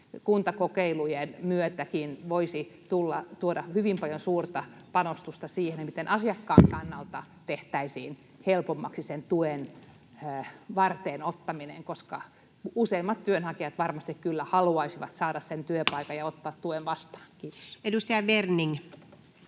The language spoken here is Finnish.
kuntakokeilujenkin myötä voisi tuoda hyvin paljon suurta panostusta siihen, miten asiakkaan kannalta tehtäisiin helpommaksi sen tuen vastaanottaminen, koska useimmat työnhakijat varmasti kyllä haluaisivat saada sen työpaikan ja ottaa tuen